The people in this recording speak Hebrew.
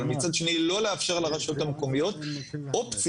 אבל מצד שני לא לאפשר לרשויות המקומיות אופציה